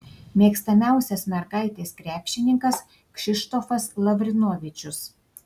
mėgstamiausias mergaitės krepšininkas kšištofas lavrinovičius